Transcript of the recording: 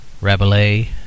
Rabelais